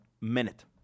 minute